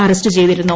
arrest ചെയ്തിരുന്നു